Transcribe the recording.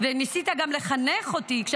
ואני קוראת גם לחברים שלי,